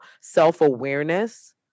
self-awareness